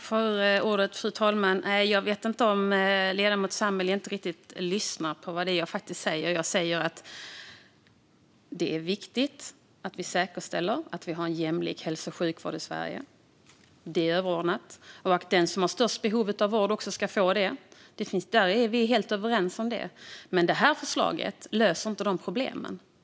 Fru talman! Jag vet inte om ledamoten Sammeli inte riktigt lyssnar på vad jag faktiskt säger. Jag säger att det är viktigt att vi säkerställer att vi har en jämlik hälso och sjukvård i Sverige. Det är överordnat. Den som har störst behov av vård ska också få det. Det är vi helt överens om. Men det här förslaget löser inte de problemen.